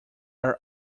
are